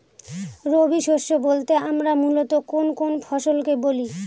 রবি শস্য বলতে আমরা মূলত কোন কোন ফসল কে বলি?